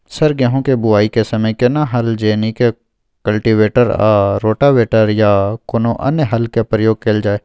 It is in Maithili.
सर गेहूं के बुआई के समय केना हल जेनाकी कल्टिवेटर आ रोटावेटर या कोनो अन्य हल के प्रयोग कैल जाए?